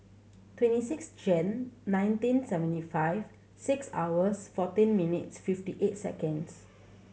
twenty six Jan nineteen seventy five six hours fourteen minutes fifty eight seconds